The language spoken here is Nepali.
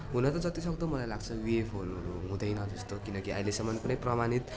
हुनु त जति सक्दो मलाई लाग्छ युएफओहरू हुँदैन जस्तो किनकि अहिलेसम्म कुनै प्रमाणित